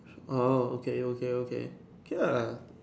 oh okay okay okay okay ah